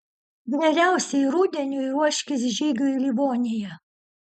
vėliausiai rudeniui ruoškis žygiui į livoniją